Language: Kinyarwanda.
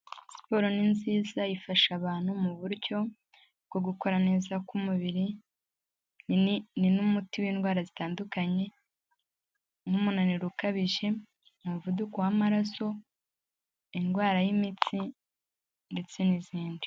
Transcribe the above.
Siporo ni nziza ifasha abantu mu buryo bwo gukora neza k'umubiri, ni n'umuti w'indwara zitandukanye, n'umunaniro ukabije, umuvuduko w'amaraso, indwara y'imitsi ndetse n'izindi.